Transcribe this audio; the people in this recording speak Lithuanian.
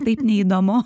taip neįdomu